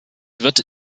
wird